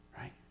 right